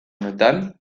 honetan